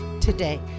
today